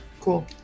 Cool